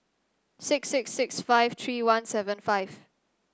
six six six five three one seven five